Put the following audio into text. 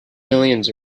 millions